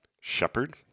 Shepherd